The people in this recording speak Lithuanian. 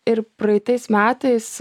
ir praitais metais